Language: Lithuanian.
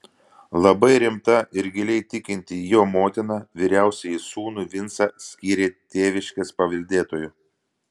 labai rimta ir giliai tikinti jo motina vyriausiąjį sūnų vincą skyrė tėviškės paveldėtoju